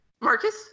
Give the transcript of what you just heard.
Marcus